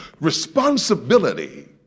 Responsibility